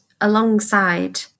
alongside